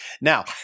Now